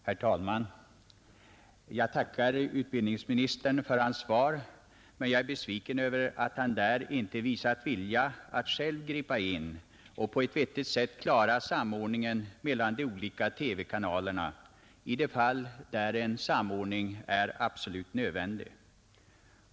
Herr talman! Jag tackar utbildningsministern för hans svar, men jag är besviken över att han där inte visat någon vilja att själv gripa in och på ett vettigt sätt klara samordningen mellan de olika TV-kanalerna i de fall där en samordning är absolut nödvändig.